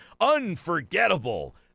unforgettable